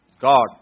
God